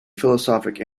philosophic